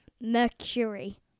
Mercury